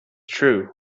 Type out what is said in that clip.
true